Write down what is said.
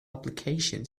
application